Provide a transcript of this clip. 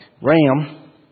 ram